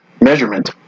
measurement